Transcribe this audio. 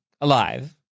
Alive